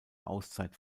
auszeit